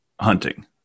hunting